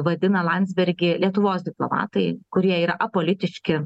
vadina landsbergį lietuvos diplomatai kurie yra apolitiški